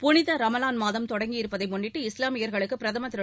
புனித ரமலான் மாதம் தொடங்கியிருப்பதை முன்னிட்டு இஸ்வாமியர்களுக்கு பிரதமர் திரு